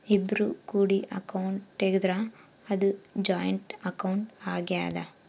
ಇಬ್ರು ಕೂಡಿ ಅಕೌಂಟ್ ತೆಗುದ್ರ ಅದು ಜಾಯಿಂಟ್ ಅಕೌಂಟ್ ಆಗ್ಯಾದ